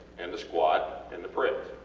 and the squat and the press.